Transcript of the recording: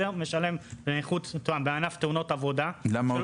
משלם נכות בענף תאונות עבודה -- למה הוא